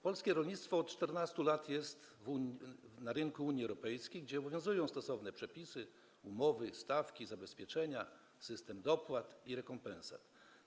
Polskie rolnictwo od 14 lat jest na rynku Unii Europejskiej, gdzie obowiązują stosowne przepisy, umowy, stawki, zabezpieczenia, system dopłat i rekompensat.